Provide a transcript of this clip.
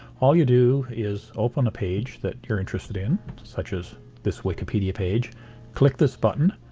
all you do is open the page that you are interested in such as this wikipedia page click this button,